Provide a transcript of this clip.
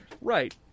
right